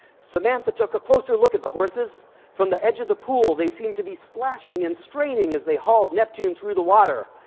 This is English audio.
samantha took a closer look at the horses from the edge of the pool. they seemed to be splashing and straining as they hauled neptune through the water.